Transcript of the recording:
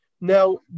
Now